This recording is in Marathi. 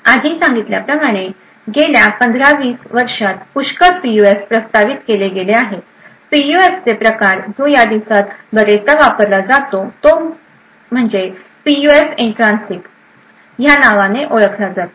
आधी सांगितल्याप्रमाणे गेल्या पंधरा वीस वर्षात पुष्कळ पीयूएफ प्रस्तावित केले गेले आहेत पीयूएफचे प्रकार जो या दिवसात बरेचदा वापरला जातो तो पीयूएफ इंट्रान्सिक या नावाने ओळखला जातो